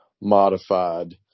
modified